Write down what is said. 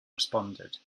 responded